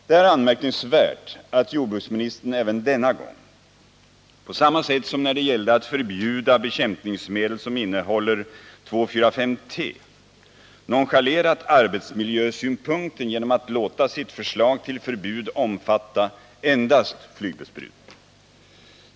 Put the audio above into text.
Det är anmärkningsvärt att jordbruksministern även denna gång på 137 samma sätt som när det gällde att förbjuda bekämpningsmedel som innehåller 2,4,5-T nonchalerat arbetsmiljösynpunkten genom att låta sitt förslag till förbud omfatta endast flygbesprutning.